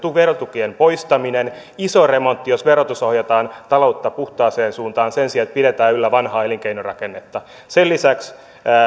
verotukien poistaminen iso remontti jos verotuksella ohjataan taloutta puhtaaseen suuntaan sen sijaan että pidetään yllä vanhaa elinkeinorakennetta sen lisäksi